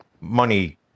money